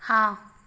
हाँ